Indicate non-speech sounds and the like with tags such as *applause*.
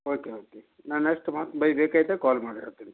okay okay ನಾನಷ್ಟು ಮಾತು *unintelligible* ಕಾಲ್ ಮಾಡಿ ಹೇಳ್ತೇನ್ರೀ